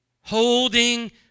Holding